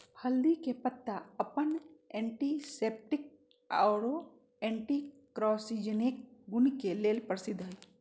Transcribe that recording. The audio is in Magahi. हल्दी के पत्ता अपन एंटीसेप्टिक आरो एंटी कार्सिनोजेनिक गुण के लेल प्रसिद्ध हई